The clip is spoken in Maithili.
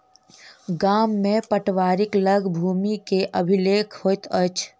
गाम में पटवारीक लग भूमि के अभिलेख होइत अछि